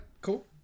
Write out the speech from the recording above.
cool